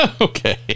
Okay